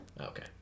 Okay